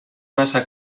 massa